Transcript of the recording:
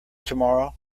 tomorrow